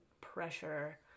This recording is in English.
pressure